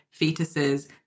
fetuses